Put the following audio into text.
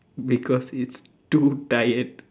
because it's too tired